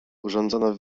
urządzono